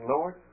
Lord